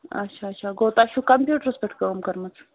اچھا اچھا گوٚو تۄہہِ چھِو کَمپیوٗٹرَس پٮ۪ٹھ کٲم کٔرمٕژ